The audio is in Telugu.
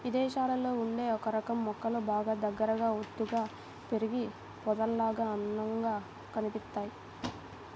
ఇదేశాల్లో ఉండే ఒకరకం మొక్కలు బాగా దగ్గరగా ఒత్తుగా పెరిగి పొదల్లాగా అందంగా కనిపిత్తయ్